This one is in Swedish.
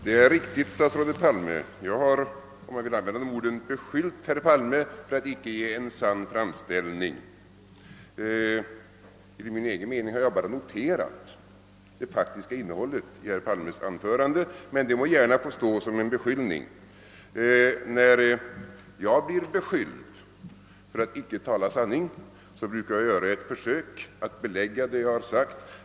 Herr talman! Det är riktigt att jag har — om man vill använda det ordet — beskyllt statsrådet Palme för att inte ge en sann framställning. Enligt min egen mening har jag endast noterat det faktiska innehållet i herr Palmes anförande, men det må gärna stå som en beskyilning. När jag själv blivit beskylld för att icke tala sanning brukar jag göra ett försök att belägga det jag har sagt.